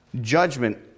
judgment